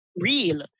real